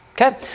Okay